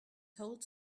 told